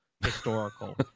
historical